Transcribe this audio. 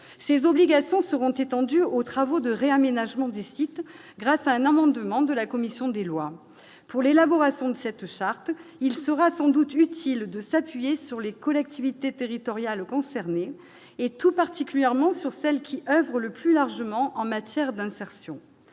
ces obligations seront étendues aux travaux de réaménagement du site grâce à un amendement de la commission des lois pour l'élaboration de cette charte, il sera sans doute utile de s'appuyer sur les collectivités territoriales concernées et tout particulièrement sur celles qui oeuvrent le plus largement en matière d'insertion,